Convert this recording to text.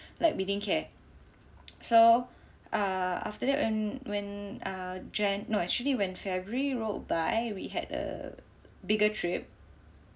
like we didn't care so err after that when err Jan no actually when February rolled by we had a bigger trip